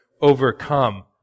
overcome